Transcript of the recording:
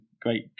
great